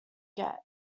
get